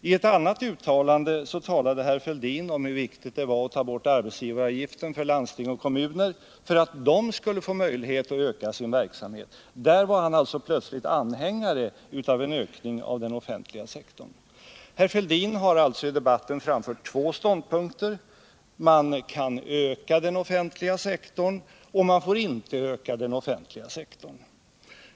I ett annat inlägg talade Thorbjörn Fälldin om hur viktigt det var att man tog bort arbetsgivaravgifterna för landsting och kommuner för att de skulle få möjlighet att öka sin verksamhet. Där var han alltså plötsligt anhängare av en ökning av den offentliga sektorn. Thorbjörn Fälldin har alltså i debatten framfört två ståndpunkter: Man kan öka den offentliga sektorn och man får inte öka den offentliga sektorn.